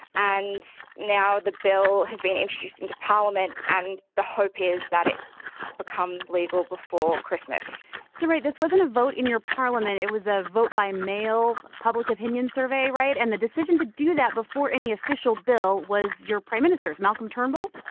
and now the bill has been introduced into parliament, and the hope is that it becomes legal before christmas so right, this wasn't a vote in your parliament. it was a vote by mail public opinion survey, right? and the decision to do that before any official bill was your prime minister's, malcolm turnbull?